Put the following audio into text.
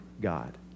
God